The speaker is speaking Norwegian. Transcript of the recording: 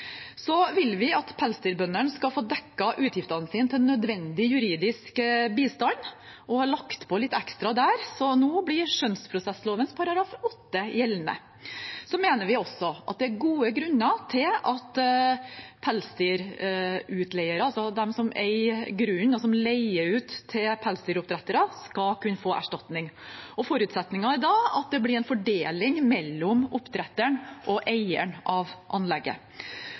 vil også at pelsdyrbøndene skal få dekket utgiftene sine til nødvendig juridisk bistand, og vi har lagt på litt ekstra der, så nå blir skjønnsprosesslovens § 8 gjeldende. Vi mener også at det er gode grunner til at pelsdyrutleiere, altså de som eier grunnen, og som leier ut til pelsdyroppdrettere, skal kunne få erstatning. Forutsetningen er da at det blir en fordeling mellom oppdretteren og eieren av anlegget.